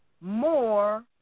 more